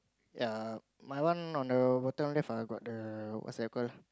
ya my one on the hotel left I got the what's that call